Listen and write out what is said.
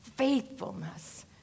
faithfulness